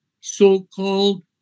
so-called